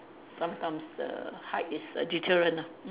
sometimes the height is a deterrent ah